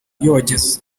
yogeza